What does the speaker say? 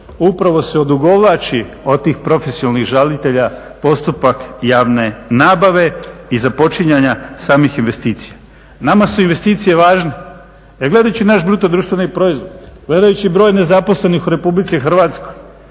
upravo se odugovlači od tih profesionalnih žalitelja postupak javne nabave i započinjanja samih investicija. Nama su investicije važne. Gledajući naš BDP, gledajući broj nezaposlenih u RH bez investicija